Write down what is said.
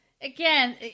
Again